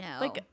no